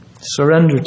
Surrender